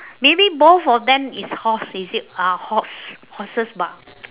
maybe both of them is horse is it uh horse horses bah